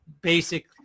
basic